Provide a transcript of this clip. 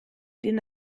den